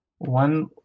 one